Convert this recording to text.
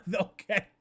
Okay